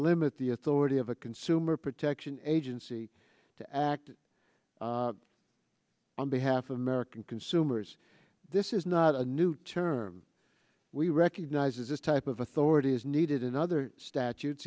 limit the authority of a consumer protection agency to act on behalf of american consumers this is not a new term we recognize that this type of authority is needed in other statutes